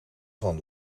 van